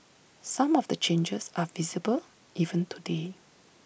some of the changes are visible even today